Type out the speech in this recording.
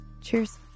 Cheers